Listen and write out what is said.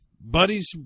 buddies